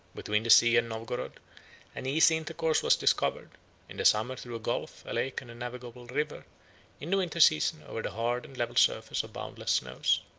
between the sea and novogorod an easy intercourse was discovered in the summer, through a gulf, a lake, and a navigable river in the winter season, over the hard and level surface of boundless snows.